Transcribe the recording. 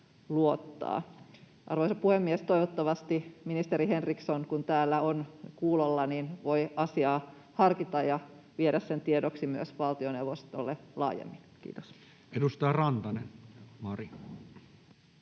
Arvoisa puhemies, toivottavasti ministeri Henriksson, kun hän on täällä kuulolla, voi asiaa harkita ja viedä sen tiedoksi myös valtioneuvostolle laajemmin. — Kiitos. [Speech 72] Speaker: